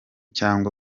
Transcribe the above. cyangwa